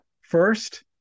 first